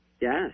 Yes